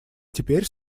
теперь